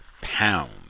pound